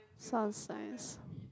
sounds nice